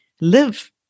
live